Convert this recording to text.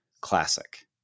classic